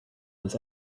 this